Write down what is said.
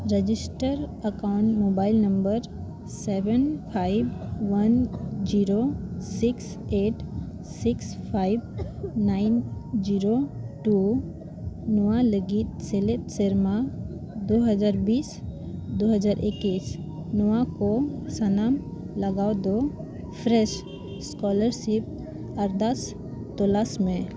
register ᱟᱠᱟᱱ mobile number seven five one zero six eight six five nine zero two ᱱᱚᱣᱟ ᱞᱟᱹᱜᱤᱫ ᱥᱮᱞᱮᱫ ᱥᱮᱨᱢᱟ ᱫᱩ ᱦᱟᱡᱟᱨ ᱵᱤᱥ ᱫᱩ ᱦᱟᱡᱟᱨ ᱮᱠᱩᱥ ᱱᱚᱣᱟ ᱠᱚ ᱥᱟᱱᱟᱢ ᱞᱟᱜᱟᱣ ᱫᱚ ᱯᱷᱨᱮᱥ ᱥᱠᱚᱞᱟᱨᱥᱤᱯ ᱟᱨᱫᱟᱥ ᱛᱚᱞᱟᱥ ᱢᱮ